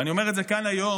ואני אומר את זה כאן היום,